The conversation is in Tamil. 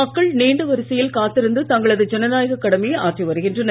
மக்கள் நீண்ட வாிசையில் காத்திருந்து தங்களது ஜனநாயக கடமையை ஆற்றி வருகின்றனர்